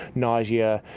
nausea,